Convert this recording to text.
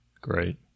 Great